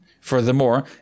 Furthermore